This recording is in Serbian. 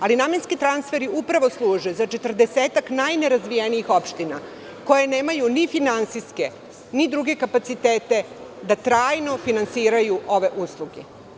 Ali, namenski transferi upravo služe za 40-ak najnerazvijenijih opština koje nemaju ni finansijske, ni druge kapacitete da trajno finansiraju ove usluge.